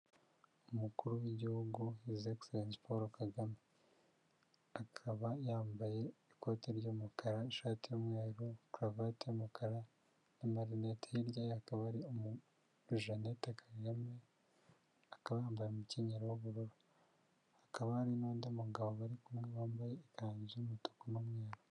Umukuru w'igihugu hizegiserensi Paul Kagame; akaba yambaye ikote ry'umukara, ishati y'umweru, karavate y'umukara n' amarineti. Hirya ye hakaba hari Jeannette Kagame akaba yambaye umukenyero w'ubururu. Hakaba hari n'undi mugabo bari kumwe wambaye ikanzu y'umutuku n'umweru.